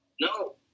No